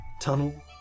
Tunnel